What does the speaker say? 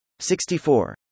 64